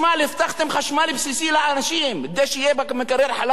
הבטחתם חשמל בסיסי לאנשים כדי שיהיה במקרר חלב,